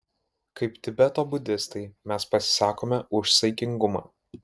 kaip tibeto budistai mes pasisakome už saikingumą